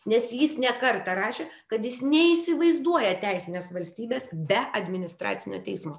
nes jis ne kartą rašė kad jis neįsivaizduoja teisinės valstybės be administracinio teismo